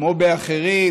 כמו באחרים,